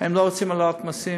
הם לא רוצים להעלות מסים?